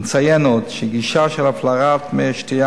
נציין עוד שגישה של הפלרת מי השתייה